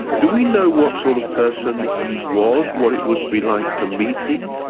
do we know what sort of person he was, what it would be like to meet him?